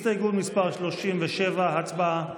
הסתייגות מס' 37, הצבעה.